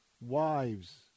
wives